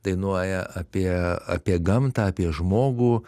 dainuoja apie apie gamtą apie žmogų